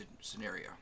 scenario